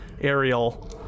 aerial